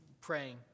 praying